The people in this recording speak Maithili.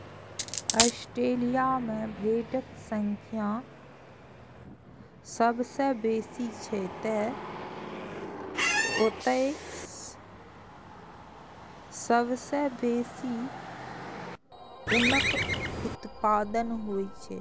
ऑस्ट्रेलिया मे भेड़क संख्या सबसं बेसी छै, तें ओतय सबसं बेसी ऊनक उत्पादन होइ छै